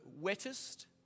wettest